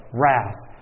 wrath